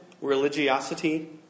Religiosity